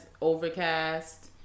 Overcast